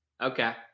Okay